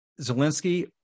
Zelensky